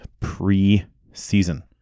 preseason